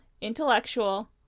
intellectual